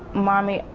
mommy,